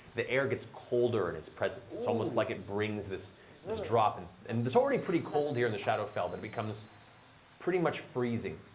the air gets colder in its presence, it's almost like it brings this this drop. and and it's already pretty cold here in the shadowfell, but it becomes pretty much freezing